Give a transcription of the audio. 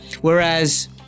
Whereas